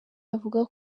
bavuga